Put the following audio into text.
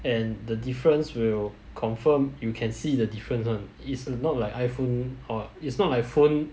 and the difference will confirm you can see the difference [one] is not like iPhone or it's not like phone